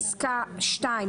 פסקה (2),